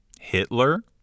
Hitler